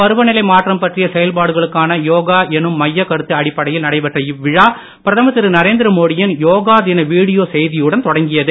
பருவநிலை மாற்றம் பற்றிய செயல்பாடுகளுக்கான யோகா எனும் மையக் கருத்து அடிப்படையில் நடைபெற்ற இவ்விழா பிரதமர் திரு நரேந்திரமோடியின் யோகாதின வீடியோ செய்தியுடன் தொடங்கியது